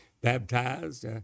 baptized